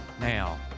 Now